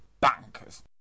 bankers